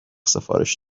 سفارش